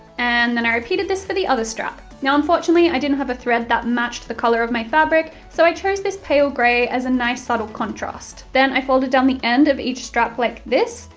and then i repeated this for the other strap. now unfortunately, i didn't have a thread that matched the colour of my fabric, so i chose this pale grey as a nice, subtle contrast. then, i folded down the end of each strap like this,